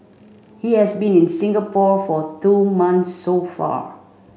he has been in Singapore for two months so far